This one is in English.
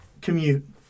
commute